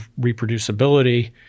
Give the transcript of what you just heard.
reproducibility